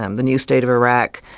um the new state of iraq,